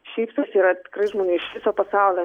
šypsosi yra tikrai žmonių iš viso pasaulio